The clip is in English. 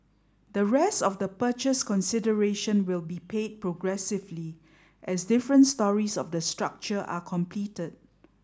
the rest of the purchase consideration will be paid progressively as different storeys of the structure are completed